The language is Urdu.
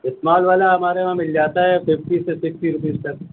اسمال والا ہمارے وہاں مل جاتا ہے ففٹی سے سکسٹی روپیز تک